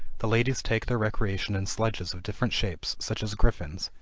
the ladies take their recreation in sledges of different shapes, such as griffins,